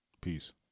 Peace